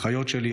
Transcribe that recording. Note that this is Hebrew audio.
האחיות שלי,